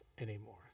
anymore